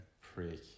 prick